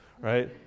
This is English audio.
right